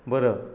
बरं